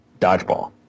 dodgeball